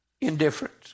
indifference